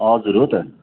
हजुर हो त